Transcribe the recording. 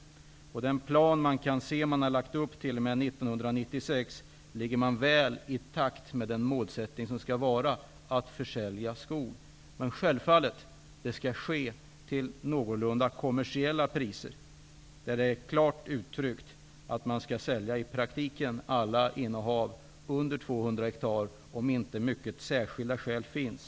Man är väl i takt med den plan som man lagt upp till 1996 Men detta skall självfallet ske till någorlunda kommersiella priser. Det är klart uttryckt att man skall sälja i praktiken alla innehav under 200 hektar, om inte mycket starka skäl häremot finns.